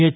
H